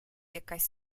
якась